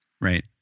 Right